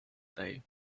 day